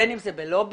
בין אם זה בלובי